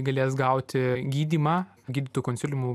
galės gauti gydymą gydytojų konsiliumų